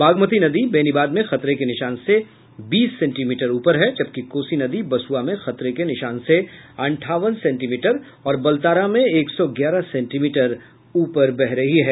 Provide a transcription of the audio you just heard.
बागमती नदी बेनीबाद में खतरे के निशान से बीस सेंटीमीटर उपर है जबकि कोसी नदी बसुआ में खतरे के निशान से अंठावन सेंटीमीटर और बलतारा मेंएक सौ ग्यारह सेंटीमीटर ऊपर बह रही है